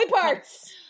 parts